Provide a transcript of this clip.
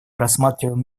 рассматриваем